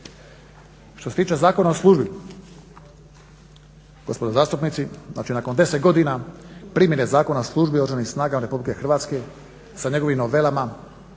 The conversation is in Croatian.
Što se tiče Zakona o službi, gospodo zastupnici znači nakon 10 godina primjene Zakona o službi u Oružanim snagama Republike Hrvatske sa njegovim novelama